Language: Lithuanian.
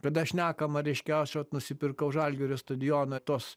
kada šnekama reiškia aš vat nusipirkau žalgirio stadioną tos